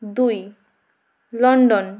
দুই লন্ডন